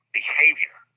behavior